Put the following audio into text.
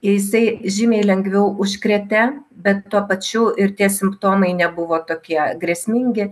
jisai žymiai lengviau užkrėtė bet tuo pačiu ir tie simptomai nebuvo tokie grėsmingi